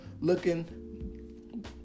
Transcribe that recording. looking